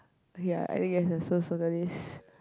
ya I think it's a